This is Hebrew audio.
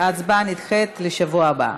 ההצבעה נדחית לשבוע הבא.